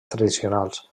tradicionals